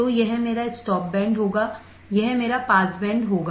तो यह मेरा स्टॉप बैंड होगा यह मेरा पास बैंड होगा